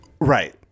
Right